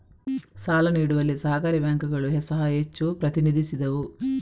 ಸಾಲ ನೀಡುವಲ್ಲಿ ಸಹಕಾರಿ ಬ್ಯಾಂಕುಗಳು ಸಹ ಹೆಚ್ಚು ಪ್ರತಿನಿಧಿಸಿದವು